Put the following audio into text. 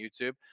youtube